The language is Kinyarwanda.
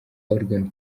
oregon